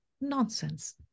Nonsense